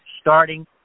starting